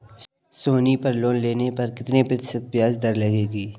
सोनी पर लोन लेने पर कितने प्रतिशत ब्याज दर लगेगी?